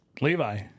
Levi